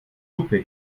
lupe